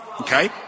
Okay